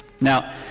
now